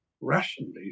rationally